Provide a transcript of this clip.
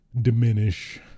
diminish